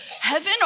heaven